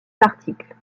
articles